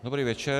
Dobrý večer.